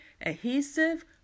adhesive